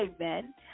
Amen